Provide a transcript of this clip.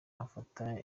afata